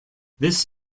this